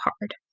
hard